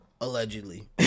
Allegedly